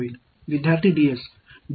எனவே இது உண்மையில் z கூறு இங்கே உள்ளது